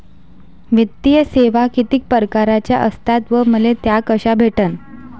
वित्तीय सेवा कितीक परकारच्या असतात व मले त्या कशा भेटन?